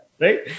Right